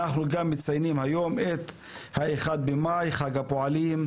אנחנו גם מציינים היום את ה-1 במאי, חג הפועלים.